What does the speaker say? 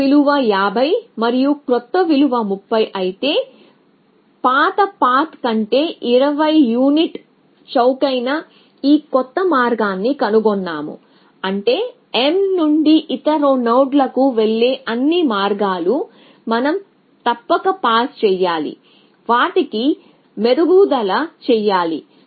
పాత విలువ 50 మరియు క్రొత్త విలువ 30 అయితే పాత పాత్ కంటే 20 యూనిట్ చౌకైన ఈ కొత్త మార్గాన్ని కనుగొన్నాము అంటే m నుండి ఇతర నోడ్లకు వెళ్లే అన్ని మార్గాలు మనం తప్పక పాస్ చేయాలి వాటికి మెరుగుదల చేయాలి